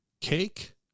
Cake